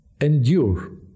endure